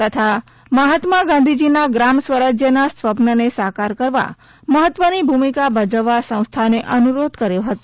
તથા મહાત્મા ગાંધીજીના ગ્રામસ્વરાજયના સ્વપ્નને સાકાર કરવા મહત્વની ભૂમિકા ભજવવા સંસ્થાને અનુરોધ કર્યો હતો